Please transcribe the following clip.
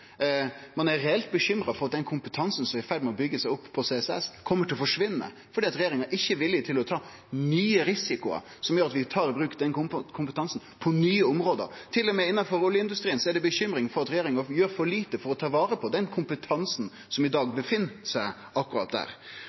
Ein er reelt bekymra for at den kompetansen som er i ferd med å byggje seg opp på CCS, kjem til å forsvinne fordi regjeringa ikkje er villig til å ta nye risikoar som gjer at vi tar i bruk den kompetansen på nye område. Til og med innanfor oljeindustrien er det bekymring for at regjeringa gjer for lite for å ta vare på den kompetansen som i dag er akkurat der.